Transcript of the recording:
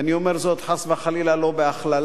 ואני אומר זאת, חס וחלילה, לא בהכללה,